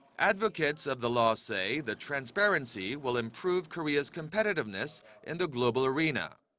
advocates of the law say the transparency will improve korea's competitiveness in the global arena.